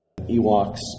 ewoks